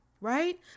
right